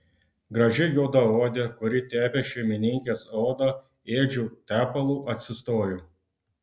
graži juodaodė kuri tepė šeimininkės odą ėdžiu tepalu atsistojo